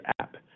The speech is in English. app